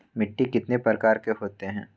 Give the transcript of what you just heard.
मिट्टी कितने प्रकार के होते हैं?